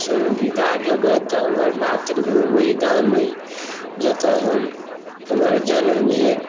पसन्दीदा जगह तऽ हमर मातृभूमि अहि गाम अहि जतऽ हमर जन्म भेल